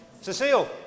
Cecile